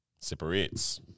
separates